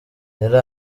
yari